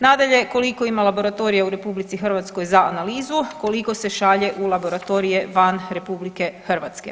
Nadalje, koliko ima laboratorija u RH za analizu, koliko se šalje u laboratorije van RH?